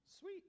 Sweet